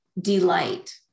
delight